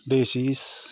decis